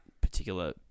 particular